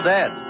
Dead